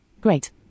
Great